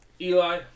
Eli